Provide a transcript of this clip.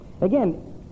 Again